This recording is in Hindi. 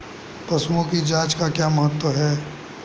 पशुओं की जांच का क्या महत्व है?